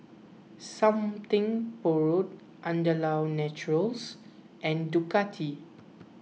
Something Borrowed Andalou Naturals and Ducati